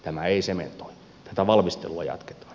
tämä ei sementoi tätä valmistelua jatketaan